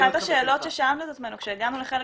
אחת השאלות ששאלנו את עצמנו כשהגענו לחלק